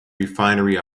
refinery